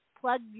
plug